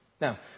Now